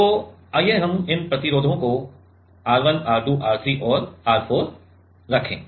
तो आइए हम इन प्रतिरोधों को R 1 R 2 R 3 और R 4 रखें